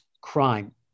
crime